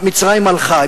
מצרים הלכה,